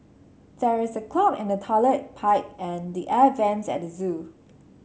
there is a clog in the toilet pipe and the air vents at the zoo